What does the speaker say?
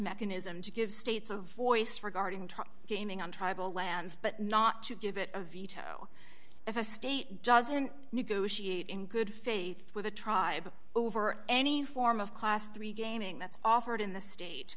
mechanism to give states a voice regarding to gaming on tribal lands but not to give it a veto if a state doesn't negotiate in good faith with the tribe over any form of class three gaming that's offered in the sta